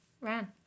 ran